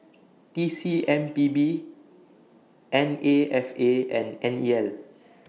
T C M P B N A F A and N E L